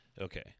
Okay